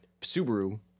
Subaru